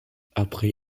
après